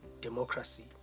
democracy